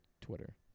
Twitter